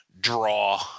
draw